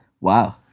Wow